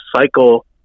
cycle